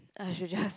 I should just